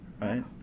right